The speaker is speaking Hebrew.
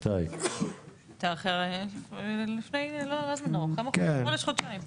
לפני חודש-חודשיים.